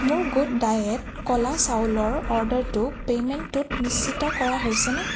মোৰ good diet কলা চাউলৰ অৰ্ডাৰটোৰ পে'মেণ্টটো নিশ্চিত কৰা হৈছেনে